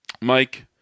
Mike